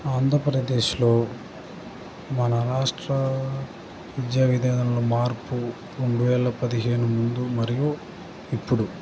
ఆంధ్రప్రదేశ్లో మన రాష్ట్ర విద్యా విధానంలో మార్పు రెండు వేల పదిహేను ముందు మరియు ఇప్పుడు